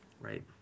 Right